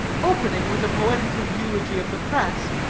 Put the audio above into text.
opening with a poetical eulogy of the press,